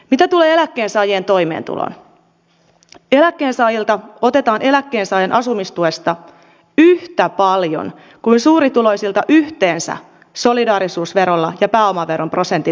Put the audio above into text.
mitä tulee eläkkeensaajien toimeentuloon eläkkeensaajilta otetaan eläkkeensaajan asumistuesta yhtä paljon kuin suurituloisilta yhteensä solidaarisuusverolla ja pääomaveroprosentin nostolla